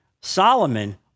Solomon